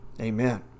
amen